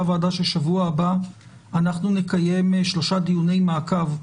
הוועדה שבשבוע הבא נקיים שלושה דיוני מעקב,